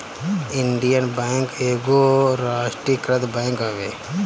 Indian Bank एगो राष्ट्रीयकृत bank हवे